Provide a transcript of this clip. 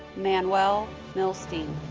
manuel milstein